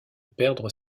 perdre